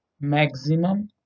maximum